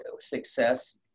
success